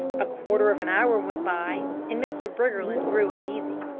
a quarter of an hour went by, and mr. briggerland grew uneasy.